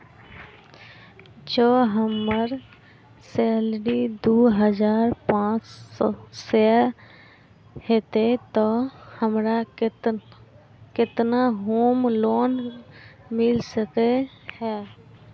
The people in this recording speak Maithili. जँ हम्मर सैलरी दु हजार पांच सै हएत तऽ हमरा केतना होम लोन मिल सकै है?